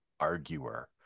arguer